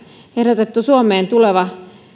ehdotettu suomeen